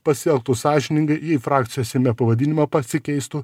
pasielgtų sąžiningai jei frakcijos seime pavadinimą pasikeistų